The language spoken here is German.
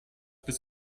bis